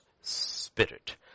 spirit